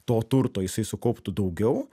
to turto jisai sukauptų daugiau